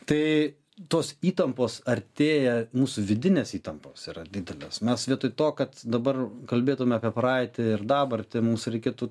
tai tos įtampos artėja mūsų vidinės įtamposyra didelės mes vietoj to kad dabar kalbėtume apie praeitį ir dabartį mums reikėtų